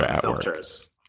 filters